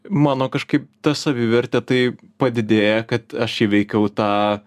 mano kažkaip ta savivertė tai padidėja kad aš įveikiau tą